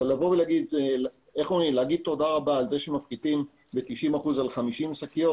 להגיד תודה רבה על זה שמפחיתים 90% על 50 שקיות